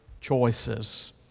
choices